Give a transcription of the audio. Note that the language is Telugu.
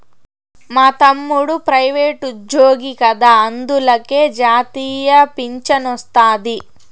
మా తమ్ముడు ప్రైవేటుజ్జోగి కదా అందులకే జాతీయ పింఛనొస్తాది